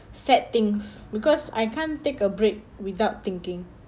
sad things because I can't take a break without thinking